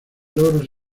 logros